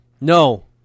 No